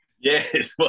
Yes